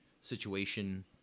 situation